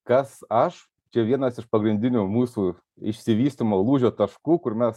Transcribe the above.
kas aš čia vienas iš pagrindinių mūsų išsivystymo lūžio taškų kur mes